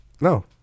No